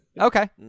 Okay